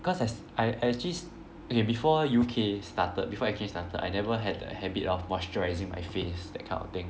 because I I I actually st~ okay before U_K started before I actually started I never had a habit of moisturising my face that kind of thing